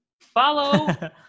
Follow